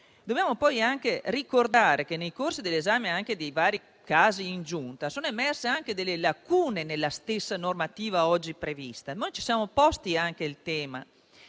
Dobbiamo anche ricordare che, nel corso dell'esame dei vari casi in Giunta, sono emerse delle lacune nella stessa normativa oggi prevista. Ci siamo posti anche il tema